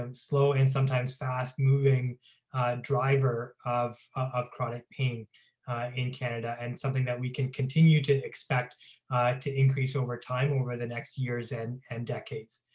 um so and sometimes fast moving driver of of chronic pain in canada and something that we can continue to expect to increase over time over the next years and and decades.